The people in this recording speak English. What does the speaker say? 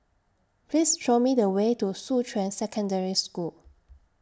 Please Show Me The Way to Shuqun Secondary School